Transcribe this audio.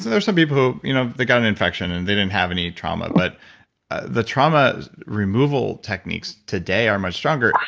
there's some people who you know they got an infection and they didn't have any trauma, but the trauma removal techniques today are much stronger,